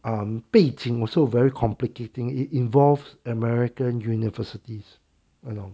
um beijing also very complicating it involves american universities you know